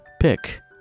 pick